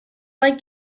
like